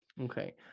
okay